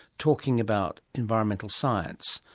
talking about environmental science.